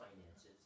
finances